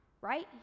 right